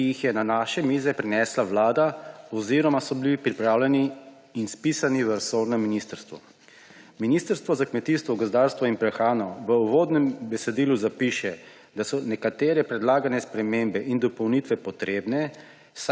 ki jih je na naše mize prinesla vlada oziroma so bili pripravljeni in spisani v resornem ministrstvu. Ministrstvo za kmetijstvo, gozdarstvo in prehrano v uvodnem besedilu zapiše, da so nekatere predlagane spremembe in dopolnitve potrebne,